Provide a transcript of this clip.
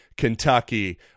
Kentucky